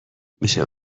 میشه